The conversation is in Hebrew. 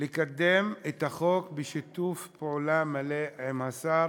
לקדם את החוק בשיתוף פעולה מלא עם השר.